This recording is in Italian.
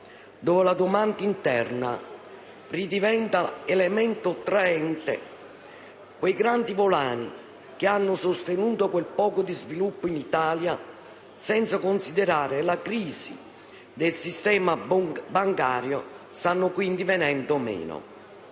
dove la domanda interna ridiventa elemento traente. Quei grandi volani che hanno sostenuto quel poco di sviluppo in Italia, senza considerare la crisi del sistema bancario, stanno quindi venendo meno.